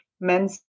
men's